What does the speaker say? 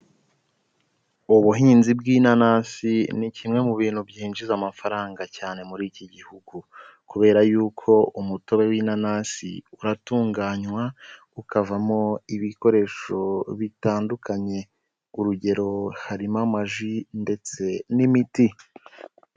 Ubuhinzi bw'inanasi ni kimwe mu bintu byinjiza amafaranga cyane muri iki gihugu kubera yuko umutobe w'inanasi uratunganywa ukavamo ibikoresho bitandukanye. Urugero harimo amaji ndetse n'imiti.